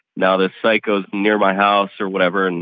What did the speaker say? now this psycho's near my house or whatever. and